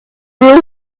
real